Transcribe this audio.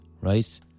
right